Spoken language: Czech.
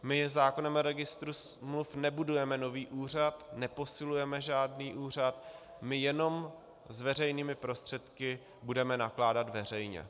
My zákonem o Registru smluv nebudujeme nový úřad, neposilujeme žádný úřad, my jenom s veřejnými prostředky budeme nakládat veřejně.